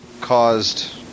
caused